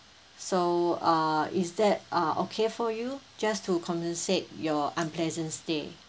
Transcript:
so uh is that uh okay for you just to compensate your unpleasant stay